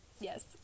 Yes